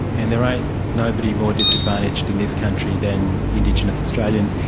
and there ain't nobody more disadvantaged in this country than indigenous australians.